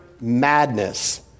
madness